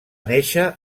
néixer